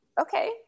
okay